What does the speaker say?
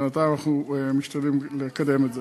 בינתיים אנחנו משתדלים לקדם את זה.